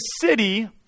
city